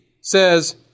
says